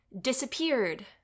disappeared